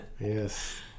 yes